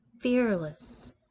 fearless